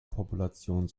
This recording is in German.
population